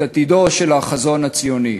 את עתידו של החזון הציוני.